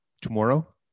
tomorrow